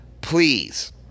please